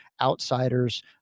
outsiders